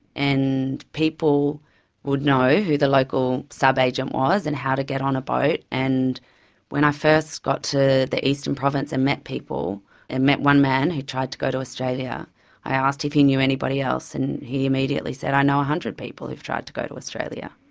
and people would know who the local subagent was and how to get on a boat. and when i first got to the eastern province and met people and met one man who tried to go to australia i asked if he knew anybody else and he immediately said, i know one hundred people who've tried to go to australia.